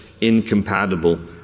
incompatible